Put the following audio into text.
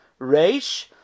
Reish